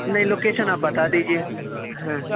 نہیں لوکیشن آپ بتا دیجیے ہاں